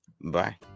bye